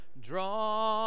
draw